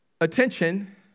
attention